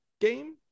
game